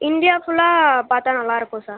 India ஃபுல்லாக பார்த்தா நல்லாயிருக்கும் சார்